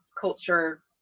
culture